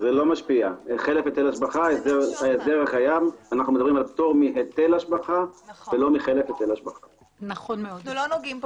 בנושא